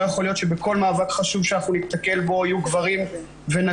לא יכול להיות שבכל מאבק חשוב שאנחנו ניתקל בו יהיו גברים ונשים,